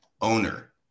owner